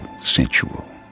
sensual